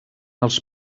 els